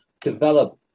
develop